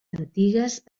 antigues